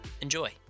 Enjoy